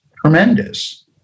tremendous